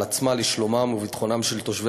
על עצמו לשלומם ולביטחונם של תושבי